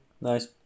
Nice